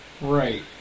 Right